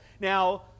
Now